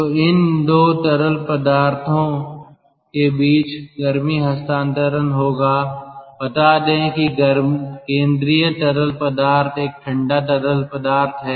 तो इन 2 तरल पदार्थों के बीच गर्मी हस्तांतरण होगा बता दें कि केंद्रीय तरल पदार्थ एक ठंडा तरल पदार्थ है